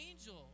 angel